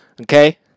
Okay